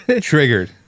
Triggered